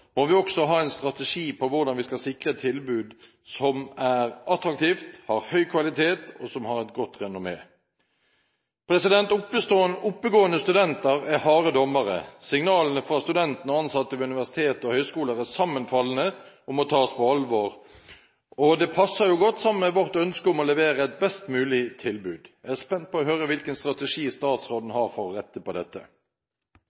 må vi også ha en strategi for hvordan vi skal sikre et tilbud som er attraktivt, har høy kvalitet og som har et godt renommé. Oppegående studenter er harde dommere. Signalene fra studentene og ansatte ved universitet og høyskoler er sammenfallende og må tas på alvor, og det passer jo godt sammen med vårt ønske om å levere et best mulig tilbud. Jeg er spent på å høre hvilken strategi statsråden